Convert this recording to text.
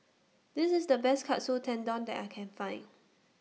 This IS The Best Katsu Tendon that I Can Find